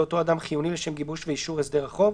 אותו אדם חיוני לשם גיבוש ואישור הסדר החוב,